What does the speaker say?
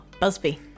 Busby